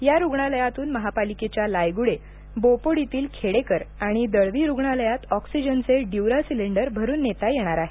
या रुग्णालयातून महापालिकेच्या लायगुडे बोपोडीतील खेडेकर आणि दळवी रुग्णालयात ऑक्सिाजनचे ड्युरा सिलेंडर भरून नेता येणार आहेत